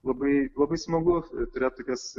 labai labai smagu turėt tokias